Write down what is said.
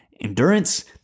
endurance